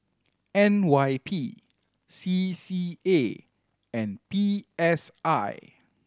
N Y P C C A and P S I